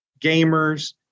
gamers